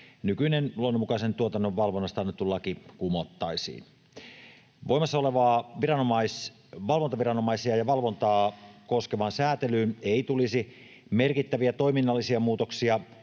Nykyinen luonnonmukaisen tuotannon valvonnasta annettu laki kumottaisiin. Voimassa olevaan valvontaviranomaisia ja valvontaa koskevaan säätelyyn ei tulisi merkittäviä toiminnallisia muutoksia